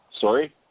Sorry